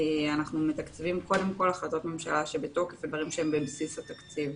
אנחנו מתקצבים קודם החלטות ממשלה שבתוקף ודברים שהם בבסיס התקציב.